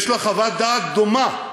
יש לה חוות דעת דומה,